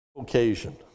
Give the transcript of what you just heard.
occasion